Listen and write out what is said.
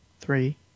Three